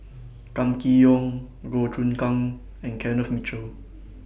Kam Kee Yong Goh Choon Kang and Kenneth Mitchell